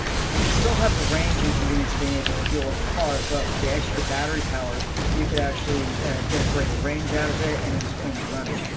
you could still have the range and convenience of being able to fuel up a car but with the extra battery power you could actually get a greater range out of it and it was cleaner running.